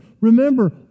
remember